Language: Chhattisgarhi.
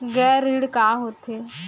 गैर ऋण का होथे?